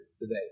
today